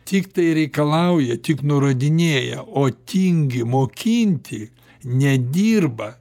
tiktai reikalauja tik nurodinėja o tingi mokinti nedirba